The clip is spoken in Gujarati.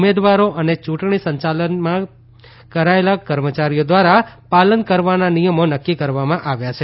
ઉમેદવારો અને ચુંટણી સંચાલનમાં કરાચેલા કર્મચારીઓ ધ્વારા પાલન કરવાના નિયમો નકકી કરવામાં આવ્યા છે